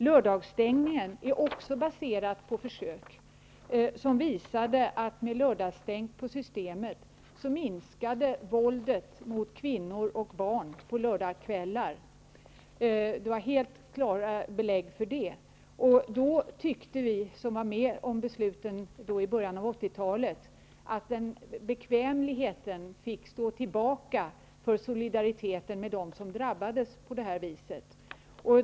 Lördagsstängningen är också baserad på försök som visade att med lördagsstängt på Systemet minskade våldet mot kvinnor och barn på lördagskvällarna. Det fanns helt klara belägg för det. Då tyckte vi som var med om besluten i början av 1980-talet att bekvämligheten fick stå tillbaka för solidariteten med dem som drabbades på det här viset.